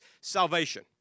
salvation